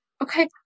okay